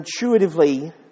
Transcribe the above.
intuitively